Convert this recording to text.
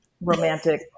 romantic